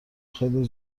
خیلی